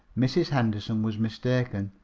mrs. henderson was mistaken,